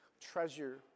Treasure